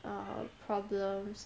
err problems